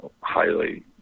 highly